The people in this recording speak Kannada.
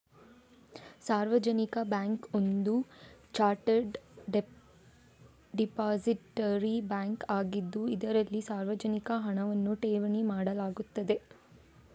ಸಾರ್ವಜನಿಕ ಬ್ಯಾಂಕ್ ಒಂದು ಚಾರ್ಟರ್ಡ್ ಡಿಪಾಸಿಟರಿ ಬ್ಯಾಂಕ್ ಆಗಿದ್ದು, ಇದರಲ್ಲಿ ಸಾರ್ವಜನಿಕ ಹಣವನ್ನು ಠೇವಣಿ ಮಾಡಲಾಗುತ್ತದೆ